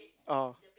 oh